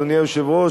אדוני היושב-ראש,